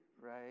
right